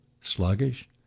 sluggish